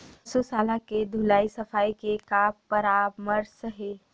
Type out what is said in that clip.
पशु शाला के धुलाई सफाई के का परामर्श हे?